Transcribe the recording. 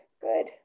good